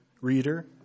reader